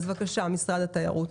בקשה, משרד התיירות.